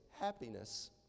happiness